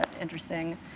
interesting